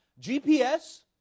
GPS